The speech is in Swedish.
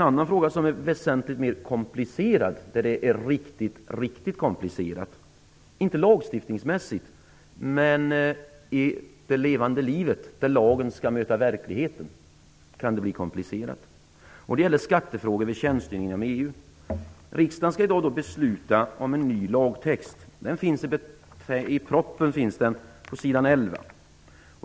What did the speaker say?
Det finns en annan fråga som är riktigt komplicerad, inte lagstiftningsmässigt men när lagen skall möta verkligheten i levande livet. Det gäller skattefrågor vid tjänstgöring inom EU. Riksdagen skall i dag besluta om en ny lagtext. Den finns i propositionen på sid. 11.